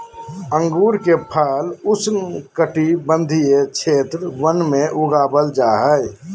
अंगूर के फल उष्णकटिबंधीय क्षेत्र वन में उगाबल जा हइ